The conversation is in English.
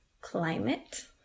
climate